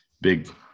big